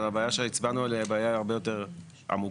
הבעיה שהצבענו עליה היא בעיה הרבה יותר עמוקה.